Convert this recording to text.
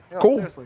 cool